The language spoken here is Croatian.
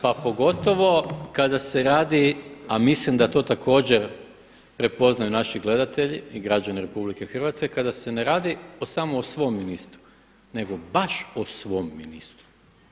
Pa pogotovo kada se radi, a mislim da to također prepoznaju naši gledatelji i građani Republike Hrvatske kada se ne radi samo o svom ministru, nego baš o svom ministru.